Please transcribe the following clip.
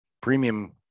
premium